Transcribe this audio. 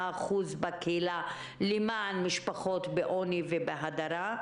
אחוזים בקהילה למען משפחות בעוני ובהדרה,